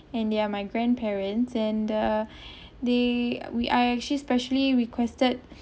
and they are my grandparents and the day we I actually specially requested